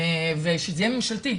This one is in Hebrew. ושזה יהיה ממשלתי.